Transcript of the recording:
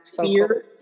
fear